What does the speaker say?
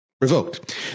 revoked